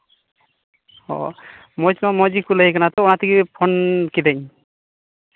ᱚ ᱢᱚᱡᱽ ᱛᱚ ᱢᱚᱡᱽ ᱜᱮᱠᱚ ᱞᱟᱹᱭᱮ ᱠᱟᱱᱟ ᱛᱚ ᱚᱱᱟ ᱛᱮᱜᱮ ᱯᱷᱳᱱ ᱠᱤᱫᱟᱹᱧ